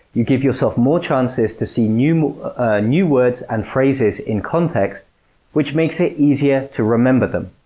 you give yourself more chances to see new new words and phrases in context which makes it easier to remember them.